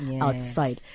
outside